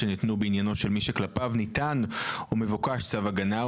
שניתנו בעניינו של מי שכלפיו ניתן או מבוקש צו ההגנה,